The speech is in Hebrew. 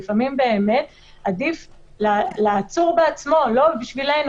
לפעמים עדיף לעצור עצמו לא בשבילנו,